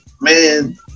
man